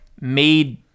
made